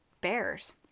bears